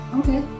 Okay